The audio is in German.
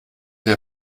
der